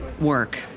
work